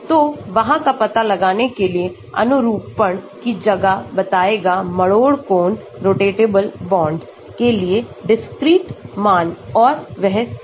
तो वहाँ का पता लगानेके लिए अनुरूपण की जगह बताएगा मरोड़ कोणों रोटेटेबल बॉन्ड्स के लिए discrete मान और वह सब